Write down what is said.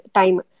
time